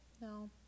No